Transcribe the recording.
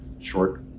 short